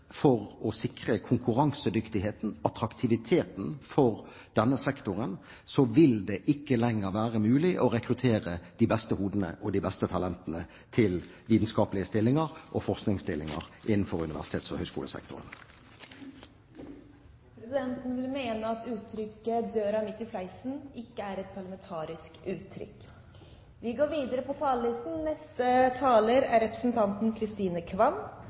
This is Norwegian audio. for å sikre konkurransedyktigheten, attraktiviteten for denne sektoren, vil det ikke lenger være mulig å rekruttere de beste hodene og de beste talentene til vitenskapelige stillinger og forskningsstillinger innenfor universitets- og høyskolesektoren. Presidenten vil mene at uttrykket «døren midt i fleisen» ikke er et parlamentarisk uttrykk. Når man snakker om at det er